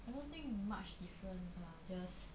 I don't think much difference lah just